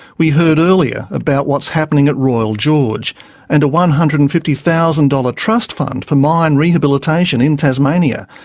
we heard earlier about what's happening at royal george and a one hundred and fifty thousand dollars trust fund for mine rehabilitation in tasmania.